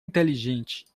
inteligente